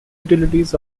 utilities